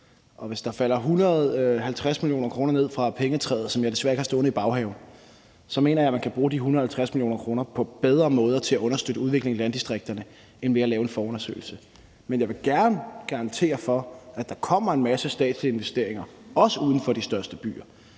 hvis der falder 150 mio. kr. ned fra pengetræet, som jeg desværre ikke har stående i baghaven, mener jeg, man kan bruge de 150 mio. kr. på bedre måder til at understøtte udviklingen i landdistrikterne end ved at lave en forundersøgelse. Men jeg vil gerne garantere, at der kommer en masse statslige investeringer også uden for de største byer,